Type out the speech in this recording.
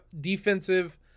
defensive